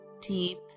deep